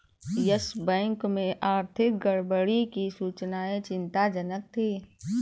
yes Bank में आर्थिक गड़बड़ी की सूचनाएं चिंताजनक थी